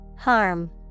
Harm